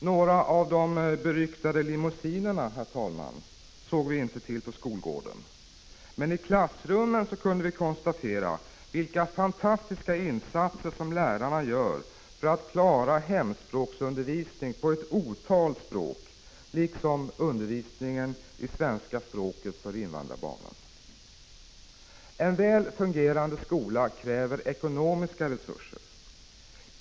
Några av de beryktade limousinerna såg vi inte till på skolgården, herr talman, men i klassrummen kunde vi konstatera vilka fantastiska insatser som lärarna gör för att klara hemspråksundervisningen på ett otal språk, liksom undervisningen i svenska språket för invandrarbarnen. En väl fungerande skola kräver ekonomiska resurser.